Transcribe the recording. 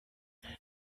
elle